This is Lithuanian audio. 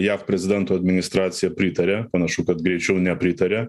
jav prezidento administracija pritarė panašu kad greičiau nepritaria